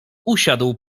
usiadł